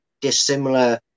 dissimilar